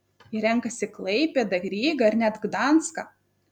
jie renkasi klaipėdą rygą ar net gdanską